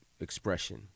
expression